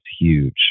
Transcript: huge